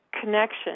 connection